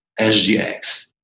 SGX